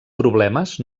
problemes